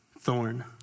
thorn